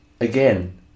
again